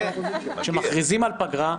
כשמכריזים על פגרה,